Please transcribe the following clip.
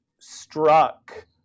struck